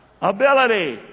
Ability